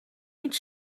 niet